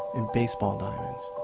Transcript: and baseball diamonds,